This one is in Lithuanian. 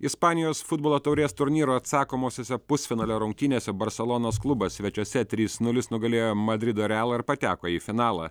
ispanijos futbolo taurės turnyro atsakomosiose pusfinalio rungtynėse barselonos klubas svečiuose trys nulis nugalėjo madrido realą ir pateko į finalą